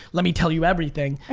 let me tell you everything.